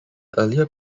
earlier